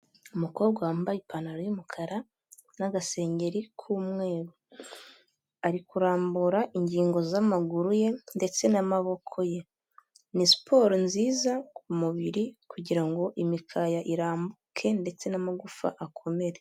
Umukobwa wambaye ipantaro y'umukara n'agasengeri k'umweru, ari kurambura ingingo z'amaguru ye ndetse n'amaboko ye. Ni siporo nziza ku mubiri kugira ngo imikaya irambuke ndetse n'amagufa akomere.